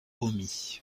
omis